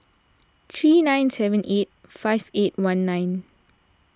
three nine seven eight five eight one nine